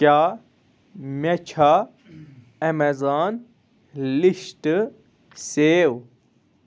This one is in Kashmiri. کیٛاہ مےٚ چھا ایمازان لِسٹہٕ سیوٚو